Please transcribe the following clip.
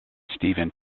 steven